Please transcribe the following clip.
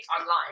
online